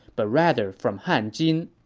but rather from hanjin.